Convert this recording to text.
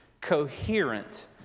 coherent